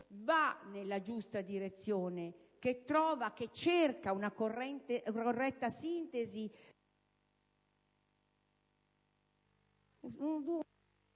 va nella giusta direzione e cerca una corretta sintesi